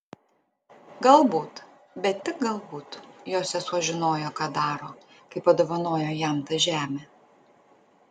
galbūt bet tik galbūt jo sesuo žinojo ką daro kai padovanojo jam tą žemę